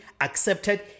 accepted